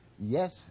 Yes